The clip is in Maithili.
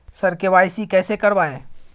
सर के.वाई.सी कैसे करवाएं